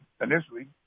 initially